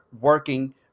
working